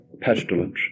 pestilence